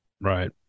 Right